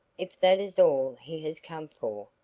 if that is all he has come for,